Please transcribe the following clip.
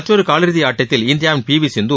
மற்றொரு காலிறுதி ஆட்டத்தில் இந்தியாவின் பி வி சிந்து